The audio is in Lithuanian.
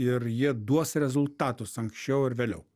ir jie duos rezultatus anksčiau ar vėliau